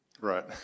Right